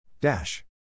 Dash